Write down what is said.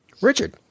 Richard